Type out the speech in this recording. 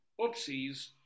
Oopsies